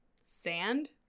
Sand